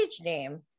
name